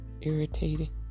Irritating